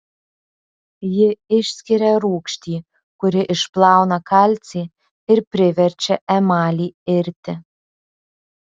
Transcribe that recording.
ji išskiria rūgštį kuri išplauna kalcį ir priverčia emalį irti